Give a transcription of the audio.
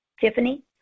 Tiffany